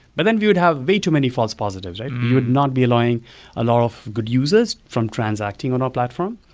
but then we would have way too many false positives. you would not be allowing a lot of good uses from transacting on our platform,